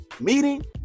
meeting